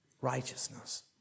righteousness